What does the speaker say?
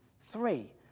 Three